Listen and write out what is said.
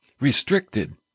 restricted